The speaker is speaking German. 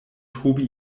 tobi